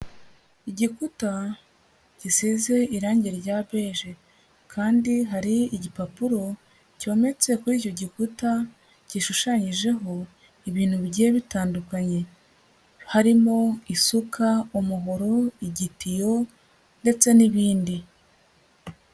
Igiputa gisize irangi rya beje kandi hari igipapuro cyometse kuri icyo gikuta, gishushanyijeho ibintu bigiye bitandukanye, harimo isuka, umuhoro, igitiyo ndetse n'ibindi.